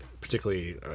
particularly